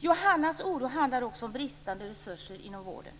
Johannas oro handlar också om bristande resurser inom vården.